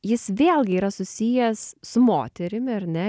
jis vėlgi yra susijęs su moterimi ar ne